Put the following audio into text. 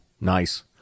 nice